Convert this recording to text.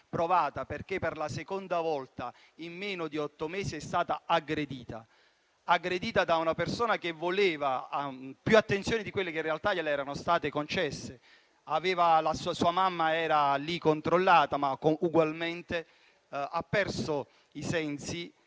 perché per la seconda volta in meno di otto mesi è stata aggredita da una persona che voleva più attenzioni di quelle che le erano state concesse: sua mamma era lì controllata, ma ugualmente ha perso il senno